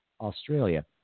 Australia